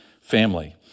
family